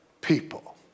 people